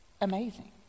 amazing